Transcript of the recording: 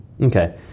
Okay